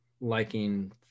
liking